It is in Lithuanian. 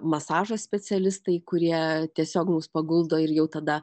masažo specialistai kurie tiesiog paguldo ir jau tada